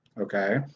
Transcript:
okay